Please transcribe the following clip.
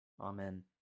Amen